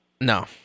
No